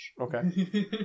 Okay